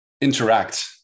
interact